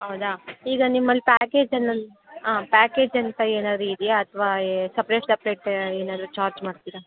ಹೌದಾ ಈಗ ನಿಮ್ಮಲ್ಲಿ ಪ್ಯಾಕೇಜನ್ನ ಪ್ಯಾಕೇಜ್ ಅಂತ ಏನಾದ್ರು ಇದೆಯಾ ಅಥವಾ ಏ ಸಪ್ರೇಟ್ ಸಪ್ರೇಟ್ ಏನಾದರೂ ಚಾರ್ಜ್ ಮಾಡ್ತೀರಾ